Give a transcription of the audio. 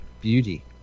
Beauty